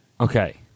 Okay